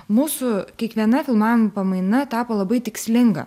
mūsų kiekviena filmavimų pamaina tapo labai tikslinga